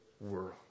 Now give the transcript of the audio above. world